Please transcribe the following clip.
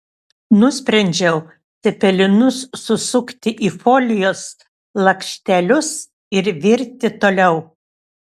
nusprendžiau cepelinus susukti į folijos lakštelius ir virti toliau